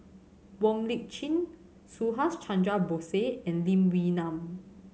Wong Lip Chin Subhas Chandra Bose and Lee Wee Nam